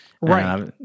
Right